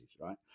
right